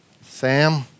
Sam